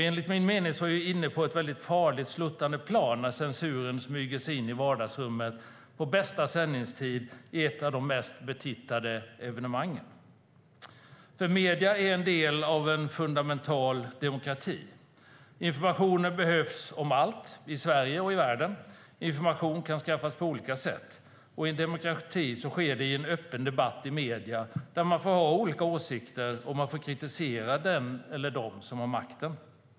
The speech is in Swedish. Enligt min mening är vi inne på ett farligt sluttande plan när censuren smyger sig in i vardagsrummet på bästa sändningstid i ett av de mest betittade evenemangen. Medierna är en fundamental del av demokratin. Information behövs om allt, i Sverige och i världen. Information kan skaffas på olika sätt. I en demokrati sker det i en öppen debatt i medierna, där man får ha olika åsikter och får kritisera den eller dem som har makten.